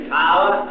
power